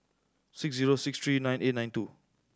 six zero six three nine eight nine two